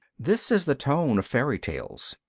this is the tone of fairy tales,